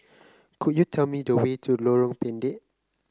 could you tell me the way to Lorong Pendek